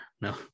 No